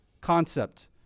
concept